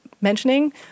mentioning